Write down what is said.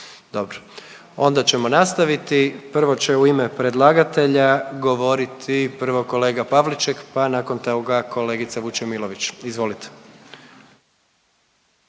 dobro, onda ćemo nastaviti. Prvo će u ime predlagatelja govoriti prvo kolega Pavliček, pa nakon toga kolegica Vučemilović. Izvolite.